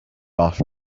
off